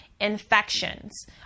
infections